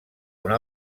una